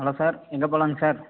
hello sir எங்க போலாங்க sir